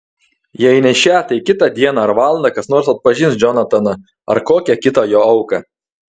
jei ne šią tai kitą dieną ar valandą kas nors atpažins džonataną ar kokią kitą jo auką